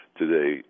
today